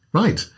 right